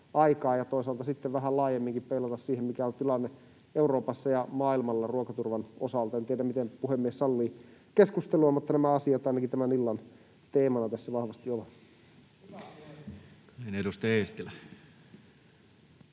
Ja toisaalta sitten vähän laajemminkin peilata siihen, mikä on tilanne Euroopassa ja maailmalla ruokaturvan osalta. En tiedä, miten puhemies sallii keskustelua, mutta nämä asiat ainakin tämän illan teemana tässä vahvasti ovat.